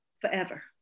forever